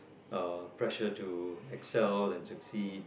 uh pressure to excel and succeed